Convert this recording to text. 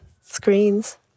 screens